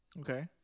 Okay